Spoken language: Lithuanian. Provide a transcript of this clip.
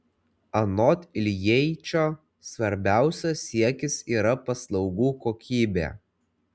anot iljeičio svarbiausias siekis yra paslaugų kokybė